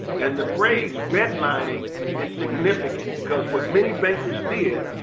and the phrase redlining is significant because what many bankers did,